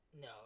No